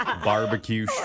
Barbecue